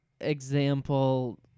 example